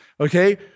okay